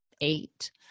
eight